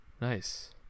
Nice